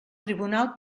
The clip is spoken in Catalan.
tribunal